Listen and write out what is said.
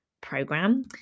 program